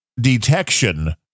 detection